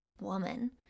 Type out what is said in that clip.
woman